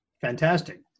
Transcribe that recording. fantastic